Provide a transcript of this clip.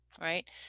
right